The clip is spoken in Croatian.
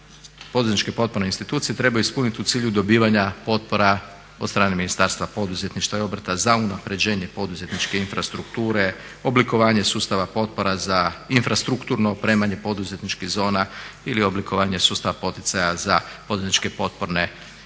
poduzetničke potporne institucije trebaju ispunit u cilju dobivanja potpora od strane Ministarstva poduzetništva i obrta za unapređenje poduzetničke infrastrukture, oblikovanje sustava potpora za infrastrukturno opremanje poduzetničkih zona ili oblikovanje sustava poticaja za poduzetničke potporne institucije.